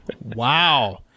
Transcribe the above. Wow